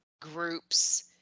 groups